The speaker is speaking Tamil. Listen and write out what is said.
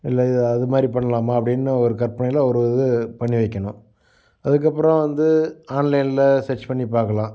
இல்லை அதுமாதிரி பண்ணலாமா அப்படின்னு ஒரு கற்பனையில ஒரு இது பண்ணி வைக்கணும் அதுக்கப்புறம் வந்து ஆன்லைன்ல சர்ச் பண்ணி பார்க்கலாம்